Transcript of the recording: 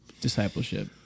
discipleship